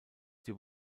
dir